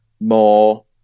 more